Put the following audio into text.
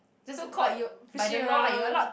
just a like fishing around